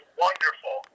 wonderful